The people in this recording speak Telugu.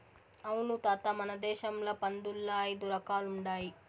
అవును తాత మన దేశంల పందుల్ల ఐదు రకాలుండాయి